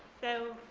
so,